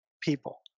people